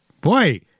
Boy